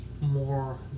more